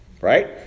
right